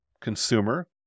consumer